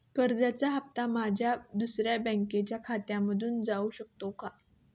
कर्जाचा हप्ता माझ्या दुसऱ्या बँकेच्या खात्यामधून जाऊ शकतो का?